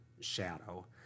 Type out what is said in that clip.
shadow